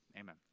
Amen